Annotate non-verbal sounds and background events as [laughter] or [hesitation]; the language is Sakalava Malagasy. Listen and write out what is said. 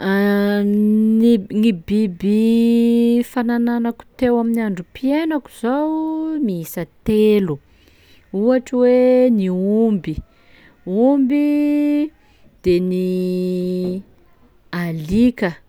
[hesitation] Ny- gny biby [hesitation] fa nananako teo amin'ny androm-piainako miisa telo, ohatry hoe ny omby omby de ny [hesitation] alika